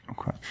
Okay